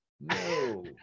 No